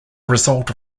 result